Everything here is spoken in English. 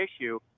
issue